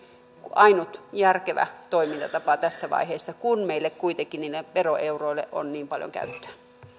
ainut järkevä toimintatapa tässä vaiheessa kun meillä kuitenkin niille veroeuroille on niin paljon käyttöä